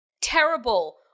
terrible